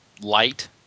light